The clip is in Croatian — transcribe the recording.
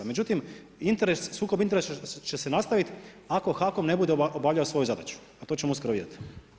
Međutim sukob interesa će se nastaviti ako HAKOM ne bude obavljao svoju zadaću a to ćemo uskoro vidjeti.